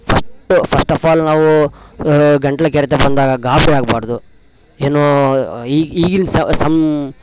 first first of all ನಾವು ಗಂಟ್ಲು ಕೆರೆತ ಬಂದಾಗ ಗಾಬರಿಯಾಗ್ಬಾರ್ದು ಏನು ಈಗ ಈಗಿನ ಸಮ್